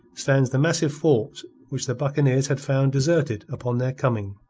stands the massive fort which the buccaneers had found deserted upon their coming.